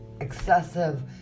excessive